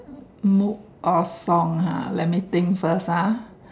mo~ a song ha let me think first ah